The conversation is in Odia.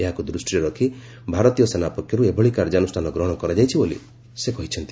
ଏହାକୁ ଦୃଷ୍ଟିରେ ରଖି ଭାରତୀୟ ସେନା ପକ୍ଷରୁ ଏଭଳି କାର୍ଯ୍ୟାନୁଷ୍ଠାନ ଗ୍ରହଣ କରାଯାଇଛି ବୋଲି ସେ କହିଚ୍ଛନ୍ତି